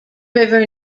river